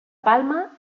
palma